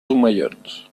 omellons